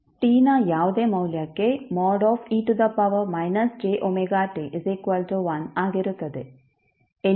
t ನ ಯಾವುದೇ ಮೌಲ್ಯಕ್ಕೆ ಆಗಿರುತ್ತದೆ